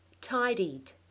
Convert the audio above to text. Tidied